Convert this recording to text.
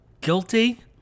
guilty